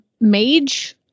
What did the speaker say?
mage